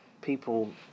people